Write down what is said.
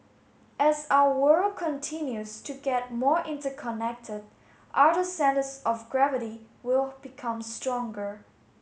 as our world continues to get more interconnected other centres of gravity will become stronger